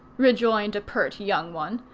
rejoined a pert young one.